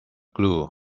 glue